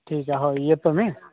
ठीक आहे हो येतो मी